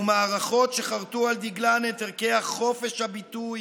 ומערכות שחרתו על דגלן את ערכי חופש הביטוי